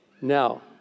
Now